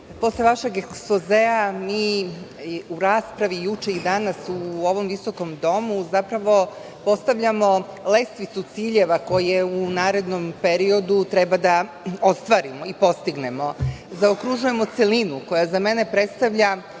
posle vašeg ekspozea u raspravi juče i danas u ovom visokom domu zapravo postavljamo lestvicu ciljeva koje u narednom periodu treba da ostvarimo i postignemo. Zaokružujemo celinu, koja za mene predstavlja